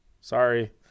sorry